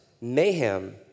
mayhem